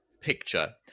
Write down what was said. picture